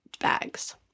bags